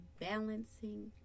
Balancing